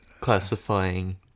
classifying